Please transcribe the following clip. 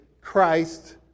Christ